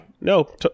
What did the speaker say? No